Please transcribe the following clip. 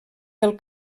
del